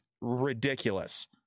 ridiculous